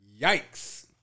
Yikes